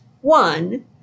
one